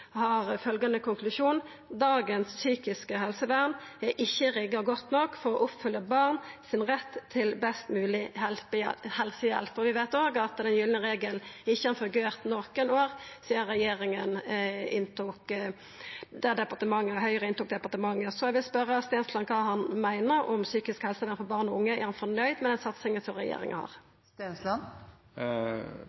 ikkje rigga godt nok for å oppfylla barn sin rett til best mogleg helsehjelp. Vi veit også at den gylne regelen ikkje har fungert noko år sidan Høgre kom inn i departementet. Så eg vil spørja Stensland kva han meiner om psykisk helsevern for barn og unge. Er han fornøgd med den satsinga som regjeringa har?